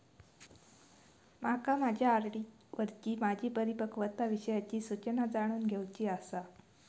माका माझ्या आर.डी वरची माझी परिपक्वता विषयची सूचना जाणून घेवुची आसा